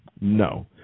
no